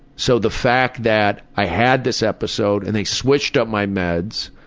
so the fact that i had this episode and they switched up my meds,